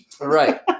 Right